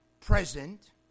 present